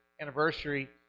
anniversary